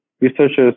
researchers